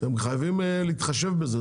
אתם חייבים להתחשב בזה.